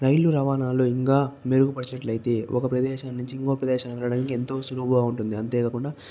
రైలు రవాణాల్లో ఇంకా మెరుగుపరిచినట్టేయితే ఒక ప్రదేశం నుంచి ఇంకో ప్రదేశానికి వెళ్ళడానికి ఎంతో సులువుగా ఉంటుంది అంతేకాకుండా